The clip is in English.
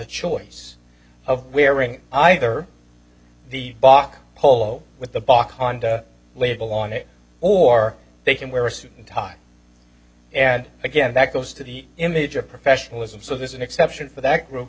choice of wearing either the bok polo with the box label on it or they can wear a suit and tie and again that goes to the image of professionalism so there's an exception for that group